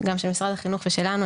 גם של משרד החינוך ושלנו,